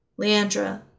Leandra